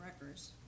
records